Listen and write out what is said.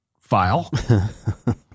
file